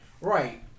Right